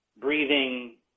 breathing